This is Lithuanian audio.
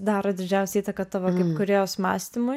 daro didžiausią įtaką tavo kaip kūrėjos mąstymui